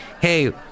Hey